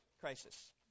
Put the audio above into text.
crisis